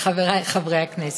חברי חברי הכנסת,